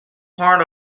part